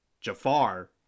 Jafar